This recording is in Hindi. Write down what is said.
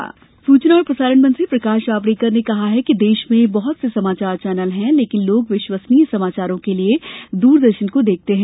जावडेकर सूचना और प्रसारण मंत्री प्रकाश जावड़ेकर ने कहा कि देश में बहुत से समाचार चैनल हैं लेकिन लोग विश्वसनीय समाचारों के लिए दूरदर्शन को देखते हैं